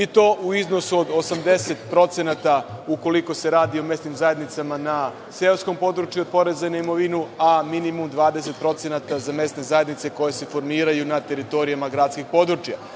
i to u iznosu od 80% ukoliko se radi o mesnim zajednicama na seoskom području od poreza na imovinu, a minimum 20% za mesne zajednice koje se formiraju na teritorijama gradskih područja.